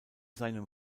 seinem